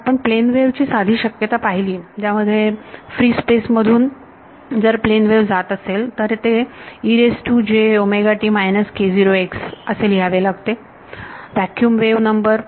जर आपण plane wave ची साधी शक्यता पाहिली ज्यामध्ये फ्री स्पेस मधून जर प्लेन वेव्ह जात असेल तर ते असे लिहावे लागते व्हॅक्युम वेव्ह नंबर